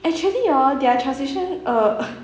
actually hor their translation um